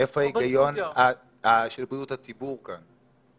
איפה ההיגיון של בריאות הציבור כאן?